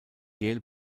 yale